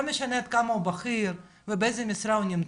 לא משנה כמה הוא בכיר ובאיזו משרה הוא נמצא,